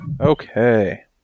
Okay